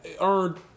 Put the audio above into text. earned